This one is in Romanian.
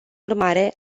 urmare